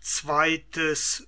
zweites